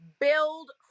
build